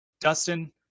Dustin